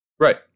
Right